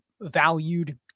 valued